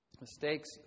Mistakes